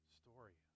story